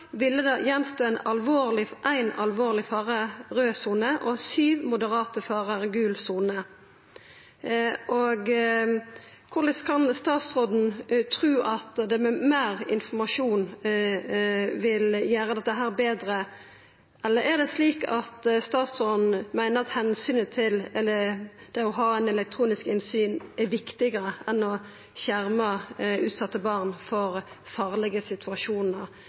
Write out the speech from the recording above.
ville det vera igjen éin alvorleg fare, raud sone, og sju moderate farar, gul sone. Korleis kan statsråden tru at ein med meir informasjon vil gjera dette betre? Eller er det slik at statsråden meiner at det å ha elektronisk innsyn er viktigare enn å skjerma utsette barn for farlege situasjonar,